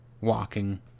walking